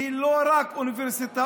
היא לא רק אוניברסיטאות,